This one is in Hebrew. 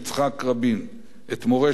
את מורשת יצחק האמיתית.